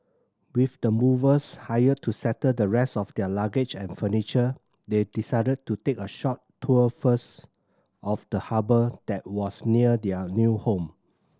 with the movers hired to settle the rest of their luggage and furniture they decided to take a short tour first of the harbour that was near their new home